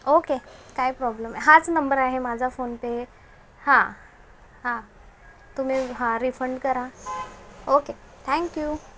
okay काय problem हाच number आहे माझा फोनपे हां हां तुम्ही हा रिफंड करा ओके थँक्यू